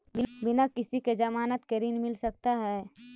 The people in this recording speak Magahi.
बिना किसी के ज़मानत के ऋण मिल सकता है?